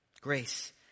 Grace